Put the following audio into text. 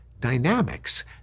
dynamics